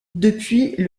depuis